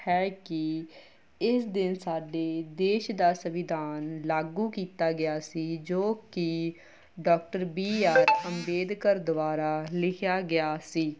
ਹੈ ਕਿ ਇਸ ਦਿਨ ਸਾਡੇ ਦੇਸ਼ ਦਾ ਸੰਵਿਧਾਨ ਲਾਗੂ ਕੀਤਾ ਗਿਆ ਸੀ ਜੋ ਕਿ ਡਾਕਟਰ ਬੀ ਆਰ ਅੰਬੇਦਕਰ ਦੁਆਰਾ ਲਿਖਿਆ ਗਿਆ ਸੀ